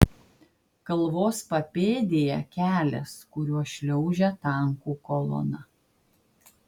kalvos papėdėje kelias kuriuo šliaužia tankų kolona